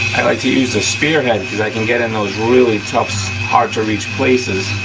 i like to use the spearhead, because i can get in those really tough, hard to reach places,